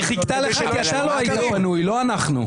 היא חיכתה לך, כי אתה לא היית פנוי, לא אנחנו.